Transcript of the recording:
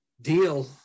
deal